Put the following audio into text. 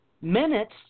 minutes